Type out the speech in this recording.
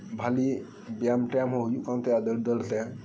ᱵᱷᱟᱜᱤ ᱵᱮᱭᱟᱢ ᱴᱮᱭᱟᱢᱦᱚᱸ ᱦᱩᱭᱩᱜ ᱠᱟᱱᱛᱟᱦᱮᱸᱜᱼᱟ ᱫᱟᱹᱲ ᱫᱟᱹᱲᱛᱮ